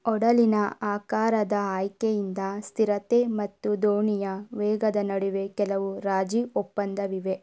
ಒಡಲಿನ ಆಕಾರದ ಆಯ್ಕೆಯಿಂದ ಸ್ಥಿರತೆ ಮತ್ತು ದೋಣಿಯ ವೇಗದ ನಡುವೆ ಕೆಲವು ರಾಜಿ ಒಪ್ಪಂದವಿವೆ